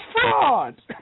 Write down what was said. fraud